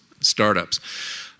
startups